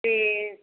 ਅਤੇ